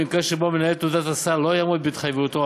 במקרה שבו מנהל תעודת הסל לא יעמוד בהתחייבותו,